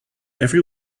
every